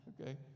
Okay